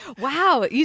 Wow